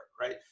right